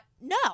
No